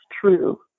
true